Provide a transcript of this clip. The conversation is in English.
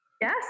Yes